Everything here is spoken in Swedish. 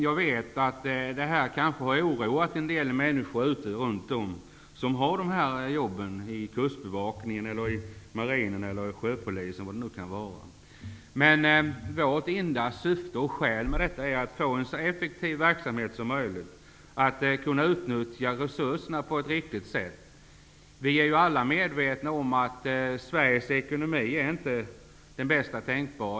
Jag vet att det har oroat en del av de människor som har jobb inom t.ex. kustbevakningen, marinen eller sjöpolisen. Vårt enda syfte med förslaget är att få en så effektiv verksamhet som möjligt och att kunna utnyttja resurserna på ett riktigt sätt. Vi är alla medvetna om att Sveriges ekonomi inte är den bästa tänkbara.